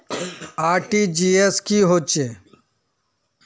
RTGS की होचए?